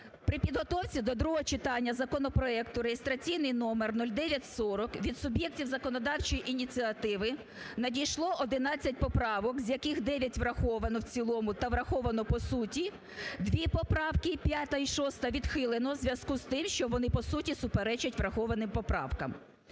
При підготовці до другого читання законопроекту, реєстраційний номер 0940 від суб'єктів законодавчої ініціативи надійшло 11 поправок, з яких 9 враховано в цілому та враховано по суті, дві поправки – 5-а і 6-а – відхилено у зв'язку з тим, що вони, по суті, суперечать врахованим поправкам.